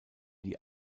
die